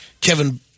Kevin